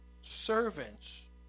servants